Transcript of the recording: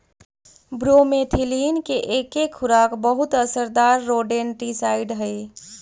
bromethalin के एके खुराक बहुत असरदार रोडेंटिसाइड हई